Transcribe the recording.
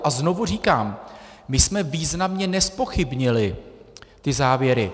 A znovu říkám, my jsme významně nezpochybnili ty závěry.